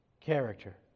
character